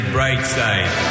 Brightside